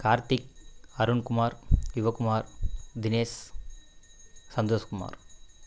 Karthik Arunkumar Sivakumar Dinesh Santhoshkumar